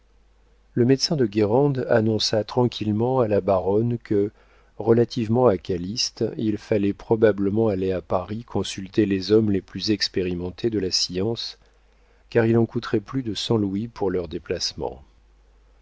le médecin de guérande annonça tranquillement à la baronne que relativement à calyste il fallait probablement aller à paris consulter les hommes les plus expérimentés de la science car il en coûterait plus de cent louis pour leur déplacement